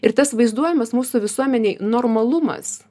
ir tas vaizduojamas mūsų visuomenėj normalumas